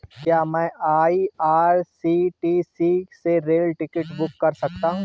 क्या मैं आई.आर.सी.टी.सी से रेल टिकट बुक कर सकता हूँ?